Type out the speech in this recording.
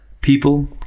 People